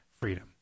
freedom